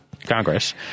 Congress